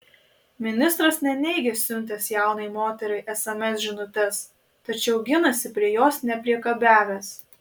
ministras neneigia siuntęs jaunai moteriai sms žinutes tačiau ginasi prie jos nepriekabiavęs